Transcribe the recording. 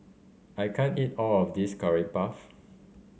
I can't eat all of this Curry Puff